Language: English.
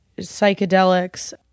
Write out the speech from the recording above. psychedelics